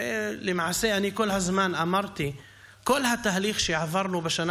ולמעשה כל הזמן אני אמרתי שכל התהליך שעברנו בשנה